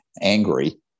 angry